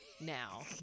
now